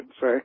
say